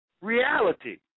reality